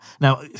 Now